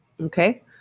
Okay